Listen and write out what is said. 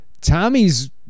tommy's